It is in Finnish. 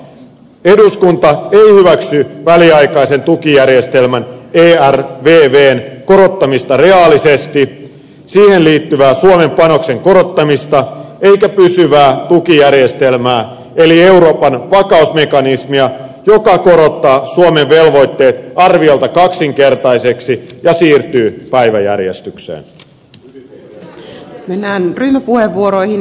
eduskunta ei hyväksy väliaikaisen tukijärjestelmän ervvn korottamista reaalisesti siihen liittyvää suomen panoksen korottamista eikä pysyvää tukijärjestelmää eli euroopan vakausmekanismia joka korottaa suomen velvoitteet arviolta kaksinkertaiseksi ja siirtyy päiväjärjestykseen